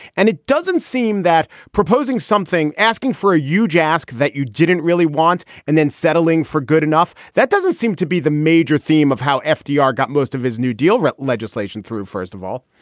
and it doesn't seem that proposing something, asking for a euge ask that you didn't really want and then settling for good enough. that doesn't seem to be the major theme of how fdr got most of his new deal legislation through first of all,